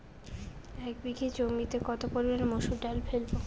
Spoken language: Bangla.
এক বিঘে জমিতে কত পরিমান মুসুর ডাল ফেলবো?